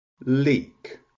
leak